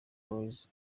boys